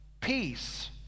peace